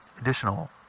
additional